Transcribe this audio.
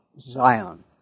Zion